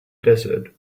desert